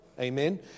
Amen